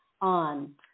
on